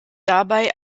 dabei